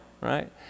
right